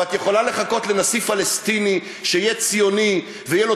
ואת יכולה לחכות לנשיא פלסטיני שיהיה ציוני ותהיה לו